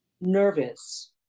nervous